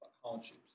hardships